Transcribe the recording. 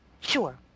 Sure